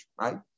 right